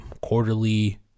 quarterly